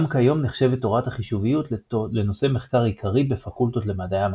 גם כיום נחשבת תורת החישוביות לנושא מחקר עיקרי בפקולטות למדעי המחשב.